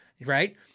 right